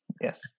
yes